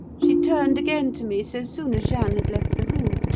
she turned again to me so soon as jeanne had left the room.